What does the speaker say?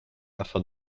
afin